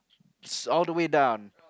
it's all the way down